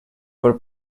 por